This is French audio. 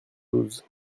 douze